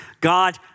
God